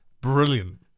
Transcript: Brilliant